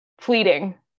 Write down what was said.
fleeting